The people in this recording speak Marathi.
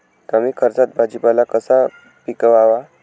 कमी खर्चात भाजीपाला कसा पिकवावा?